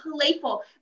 playful